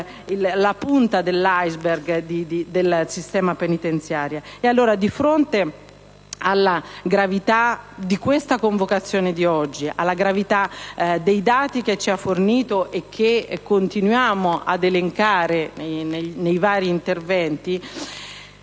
la punta dell'*iceberg* del sistema penitenziario. Allora, di fronte alla gravità della convocazione di oggi, alla gravità dei dati che ci ha fornito e che continuiamo ad elencare nei vari interventi,